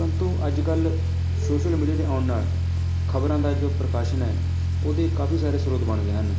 ਪਰੰਤੂ ਅੱਜ ਕੱਲ੍ਹ ਸੋਸ਼ਲ ਮੀਡੀਆ ਦੇ ਆਉਣ ਨਾਲ਼ ਖ਼ਬਰਾਂ ਦਾ ਜੋ ਪ੍ਰਕਾਸ਼ਨ ਹੈ ਉਹਦੇ ਕਾਫ਼ੀ ਸਾਰੇ ਸ੍ਰੋਤ ਬਣ ਗਏ ਹਨ